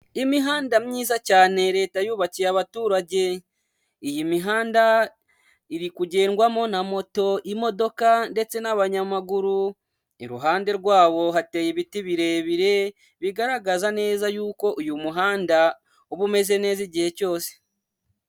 Imihanda myiza cyane Leta yubakiye abaturage. Iyi mihanda iri kugendwamo na moto, imodoka, ndetse n'abanyamaguru. Iruhande rwabo hateye ibiti birebire, bigaragaza neza yuko uyu muhanda uba umeze neza igihe cyose.